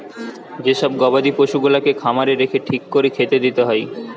যে সব গবাদি পশুগুলাকে খামারে রেখে ঠিক কোরে খেতে দিতে হয়